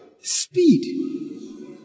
Speed